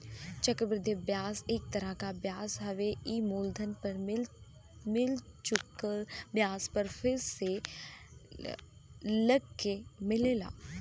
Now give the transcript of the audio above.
चक्र वृद्धि ब्याज एक तरह क ब्याज हउवे ई मूलधन पर मिल चुकल ब्याज पर फिर से लगके मिलेला